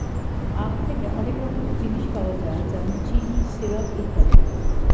আখ থেকে অনেক রকমের জিনিস পাওয়া যায় যেমন চিনি, সিরাপ ইত্যাদি